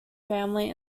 family